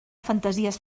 fantasies